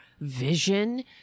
vision